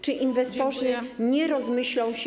Czy inwestorzy nie rozmyślą się.